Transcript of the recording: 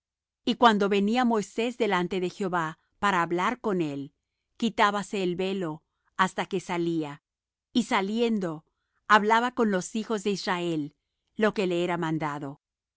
y cuando venía moisés delante de jehová para hablar con él quitábase el velo hasta que salía y saliendo hablaba con los hijos de israel lo que le era mandado